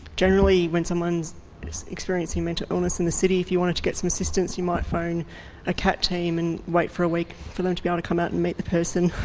generally when someone's experiencing mental illness in the city, if you wanted to get some assistance you might phone a cat team and wait for a week for them to be able to come out and meet the person.